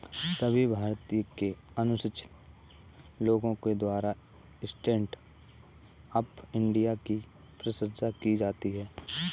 सभी भारत के अनुसूचित लोगों के द्वारा स्टैण्ड अप इंडिया की प्रशंसा की जाती है